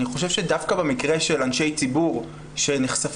אני חושב שדווקא במקרה של אנשי ציבור שנחשפים